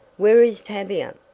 where is tavia?